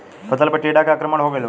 फसल पे टीडा के आक्रमण हो गइल बा?